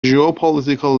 geopolitical